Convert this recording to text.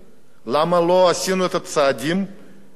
למה לא עשינו את הצעדים לפני